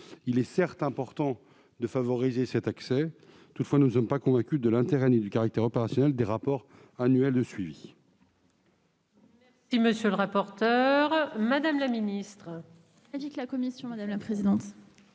Il est certes important de favoriser cet accès. Toutefois, nous ne sommes pas convaincus de l'intérêt ni du caractère opérationnel des rapports annuels de suivi.